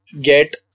get